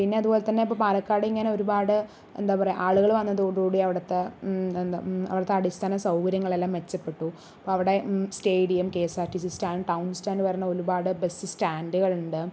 പിന്നെ അതുപോലെ തന്നെ ഇപ്പം പാലക്കാടങ്ങനെ ഒരുപാട് എന്താ പറയുക ആളുകൾ വന്നതോടുകൂടി അവിടുത്തെ എന്താ അവിടുത്തെ അടിസ്ഥാന സൗകര്യങ്ങളെല്ലാം മെച്ചപ്പെട്ടു അവിടെ stadium K S R T C stand town stand പറഞ്ഞ് ഒരുപാട് ബസ് സ്റ്റാൻ്റുകളുണ്ട്